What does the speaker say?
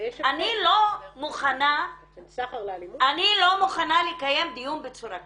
אני לא מוכנה לקיים דיון בצורה כזו.